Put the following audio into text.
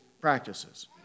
practices